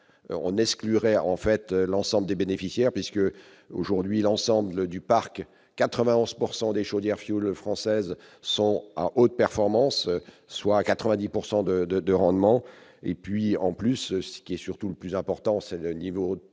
on exclurait en fait l'ensemble des bénéficiaires puisque aujourd'hui l'ensemble du parc 91 pourcent des chaudières fioul françaises sont à haute performance, soit 90 pourcent de de de rendement et puis en plus ce qui est surtout le plus important, c'est le niveau de